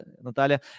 Natalia